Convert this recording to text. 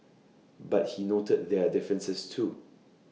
but he noted their differences too